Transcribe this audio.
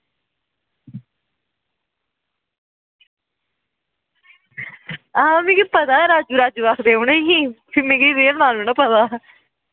आं मिगी पता राजू राजू आक्खदे उनेंगी मिगी रियल नां नना पता